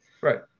Right